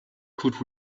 could